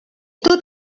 tot